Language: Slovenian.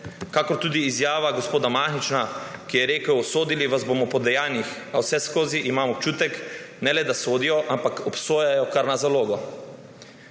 Kakor tudi izvaja gospod Mahniča, ki je rekel: »Sodili vas bomo po dejanjih.« A vseskozi imam občutek, da ne zgolj sodijo, ampak obsojajo kar na zalogo.